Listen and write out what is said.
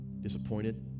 disappointed